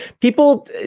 people